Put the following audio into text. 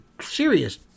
serious